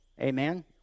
amen